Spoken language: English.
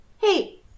hey